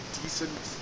decent